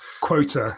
quota